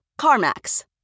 CarMax